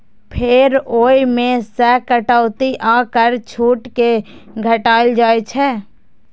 फेर ओइ मे सं कटौती आ कर छूट कें घटाएल जाइ छै